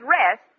rest